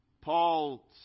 Paul